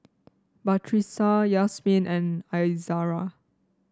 Batrisya Yasmin and Izara